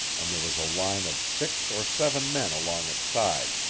and there was a line of six or seven men along its side.